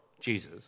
Jesus